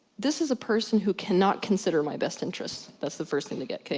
this is a person who cannot consider my best interest, that's the first thing to get ok?